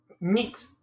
Meat